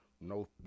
no